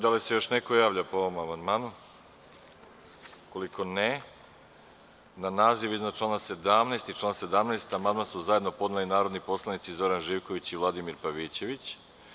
Da li se još neko javlja po ovom amandmanu? (Ne) Na naziv iznad člana 17. i član 17. amandman su zajedno podneli narodni poslanici Zoran Živković i Vladimir Pavićević.